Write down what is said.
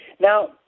Now